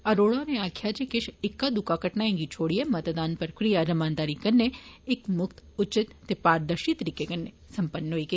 अरोड़ा होरें आखेआ जे किश इक्का दुक्का घटनाएं गी छोड़ियै मतदान दी प्रक्रिया रमानदारी कन्नै इक म्क्त उचित ते पारदर्शी तरीके राएं संपन्न होई ऐ